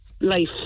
life